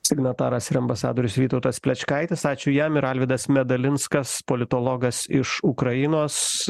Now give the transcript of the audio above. signataras ir ambasadorius vytautas plečkaitis ačiū jam ir alvydas medalinskas politologas iš ukrainos